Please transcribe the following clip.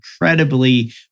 incredibly